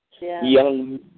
young